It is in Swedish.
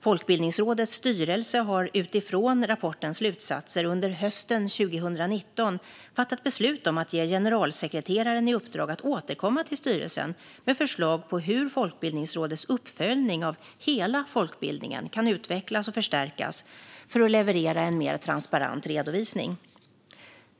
Folkbildningsrådets styrelse har utifrån rapportens slutsatser under hösten 2019 fattat beslut om att ge generalsekreteraren i uppdrag att återkomma till styrelsen med förslag på hur Folkbildningsrådets uppföljning av hela folkbildningen kan utvecklas och förstärkas för att leverera en mer transparent redovisning.